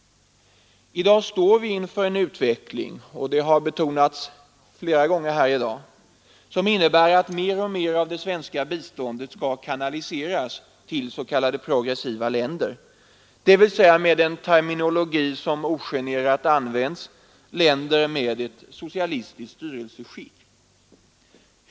I dag står vi inför en utveckling — det har betonats flera gånger här i dag — som innebär att mer och mer av det svenska biståndet skall kanaliseras till s.k. progressiva länder, dvs. med den terminologi som ogenerat används av länder med ett socialistiskt styrelseskick.